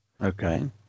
Okay